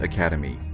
Academy